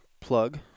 plug